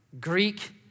Greek